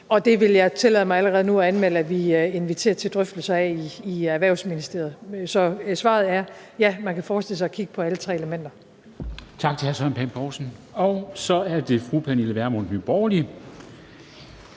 Og det vil jeg tillade mig allerede nu at anmelde at vi inviterer til drøftelser af i Erhvervsministeriet. Så svaret er: Ja, man kan forestille sig at kigge på alle tre elementer.